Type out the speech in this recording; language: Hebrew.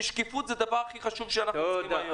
ושקיפות זה הדבר הכי חשוב שאנחנו צריכים היום.